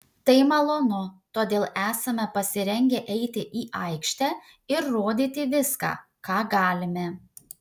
tai malonu todėl esame pasirengę eiti į aikštę ir rodyti viską ką galime